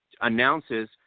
announces